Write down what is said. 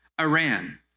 Iran